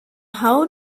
how